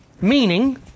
Meaning